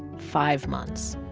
five months.